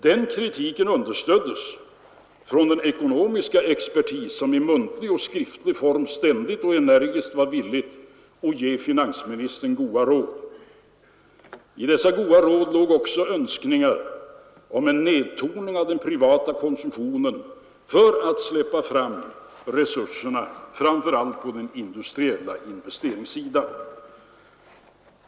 Den kritiken understöddes av den ekonomiska expertis som i muntlig och skriftlig form ständigt och energiskt gav finansministern goda råd. Bland de goda råden fanns också önskningar om en nedtoning av den privata konsumtionen för att släppa fram resurserna framför allt till de industriella investeringarna.